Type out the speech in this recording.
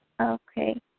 Okay